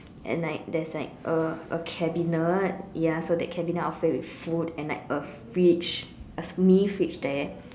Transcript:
and like there's like a a cabinet ya so that cabinet I will fill with food and like a fridge a mini fridge there